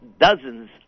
dozens